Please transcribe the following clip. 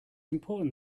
important